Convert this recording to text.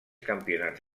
campionats